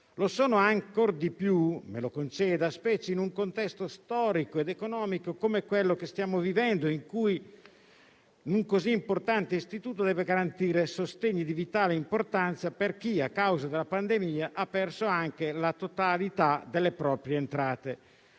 Lo sono ancor di più - me lo conceda - specie in un contesto storico ed economico come quello che stiamo vivendo, in cui un così importante istituto deve garantire sostegni di vitale importanza per chi, a causa della pandemia, ha perso anche la totalità delle proprie entrate.